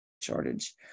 shortage